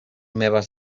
meves